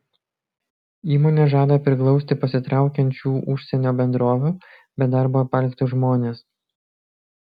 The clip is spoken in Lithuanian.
įmonė žada priglausti pasitraukiančių užsienio bendrovių be darbo paliktus žmones